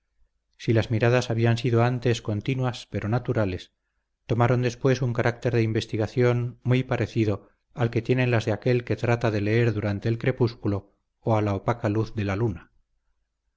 si las miradas habían sido antes continuadas pero naturales tomaron después un carácter de investigación muy parecido al que tienen las de aquel que trata de leer durante el crepúsculo o a la opaca luz de la luna